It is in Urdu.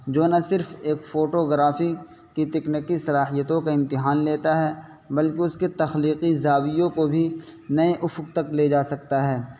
جو نہ صرف ایک فوٹوگرافی کی تکنکی صلاحیتوں کا امتحان لیتا ہے بلکہ اس کے تخلیقی زاویوں کو بھی نئے افق تک لے جا سکتا ہے